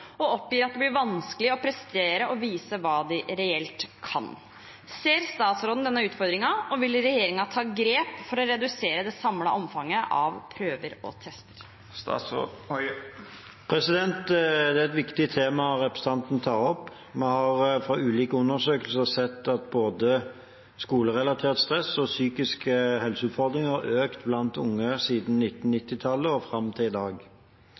og oppgir at det blir vanskelig å prestere og vise hva de reelt kan. Ser statsråden denne utfordringen, og vil regjeringen ta grep for å redusere det samlede omfanget av prøver og tester?» Det er et viktig tema representanten tar opp. Vi har fra ulike undersøkelser sett at både skolerelatert stress og psykiske helseutfordringer har økt blant unge siden 1990-tallet og fram til i dag.